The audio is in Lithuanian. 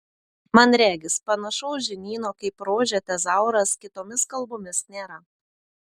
man regis panašaus žinyno kaip rože tezauras kitomis kalbomis nėra